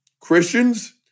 Christians